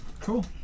Cool